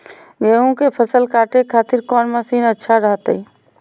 गेहूं के फसल काटे खातिर कौन मसीन अच्छा रहतय?